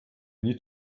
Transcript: need